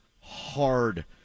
Hard